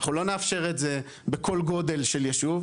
אנחנו לא נאפשר את זה בכל גודל של ישוב,